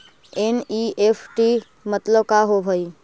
NEFT मतलब का होब हई?